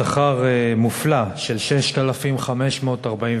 שכר מופלא של 6,541